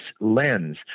lens